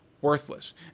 worthless